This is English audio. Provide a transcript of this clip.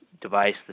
device